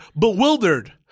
bewildered